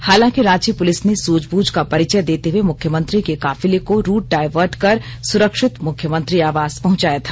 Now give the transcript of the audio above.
हालांकि रांची पुलिस ने सूझबूझ का परिचय देते हुए मुख्यमंत्री के काफिले को रूट डायवर्ट कर सुरक्षित मुख्यमंत्री आवास पहंचाया था